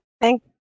thank